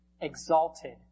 exalted